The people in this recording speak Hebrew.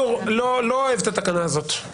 לא אוהב את התקנה הזאת.